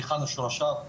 מהיכן שורשיו.